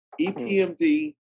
EPMD